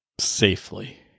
safely